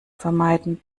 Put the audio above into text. vermeiden